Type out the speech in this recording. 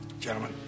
gentlemen